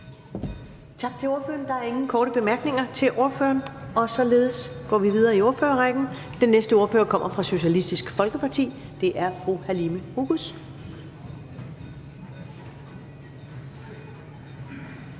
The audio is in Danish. Tak til ordføreren. Der er ingen korte bemærkninger til ordføreren, og således går vi videre i ordførerrækken. Den næste ordfører kommer fra Socialistisk Folkeparti, og det er fru Halime Oguz.